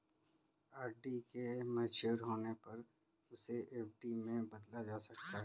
RD के mature होने पर इसे एफ.डी में बदला जा सकता है